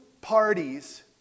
parties